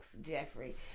Jeffrey